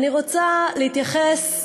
מה זה החלק הזה